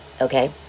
okay